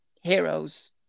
heroes